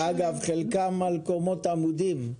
חלקן על קומות עמודים.